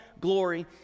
glory